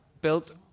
built